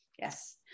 Yes